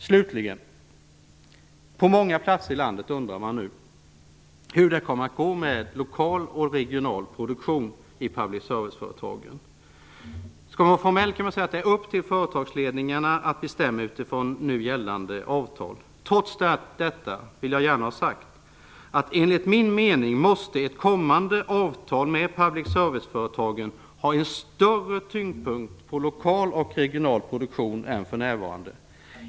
Slutligen undrar man nu på många platser i landet hur det kommer att gå med lokal och regional produktion i public service-företagen. Skall man vara formell kan man säga att det är upp till företagsledningarna att bestämma utifrån nu gällande avtal. Trots detta vill jag gärna ha sagt att enligt min mening måste ett kommande avtal med public serviceföretagen ha en större tyngdpunkt på lokal och regional produktion än för närvarande.